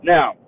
Now